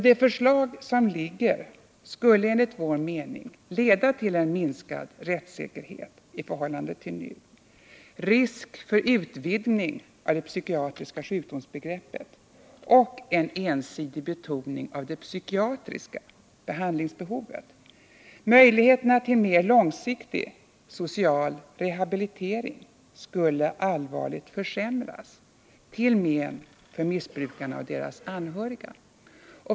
Det förslag som framlagts skulle enligt vår mening leda till minskad rättssäkerhet i förhållande till nu, risk för utvidgning av det psykiatriska sjukdomsbegreppet och en ensidig betoning av det psykiatriska behandlingsbehovet. Möjligheterna till mer långsiktig social rehabilitering skulle allvarligt försämras till men för missbrukarna och deras anhöriga.